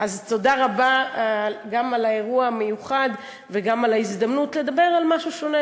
תודה רבה גם על האירוע המיוחד וגם ההזדמנות לדבר על משהו שונה,